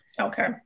Okay